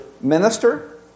minister